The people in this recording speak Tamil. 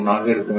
01 ஆக இருக்கும்